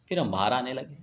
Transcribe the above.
پھر ہم باہر آنے لگے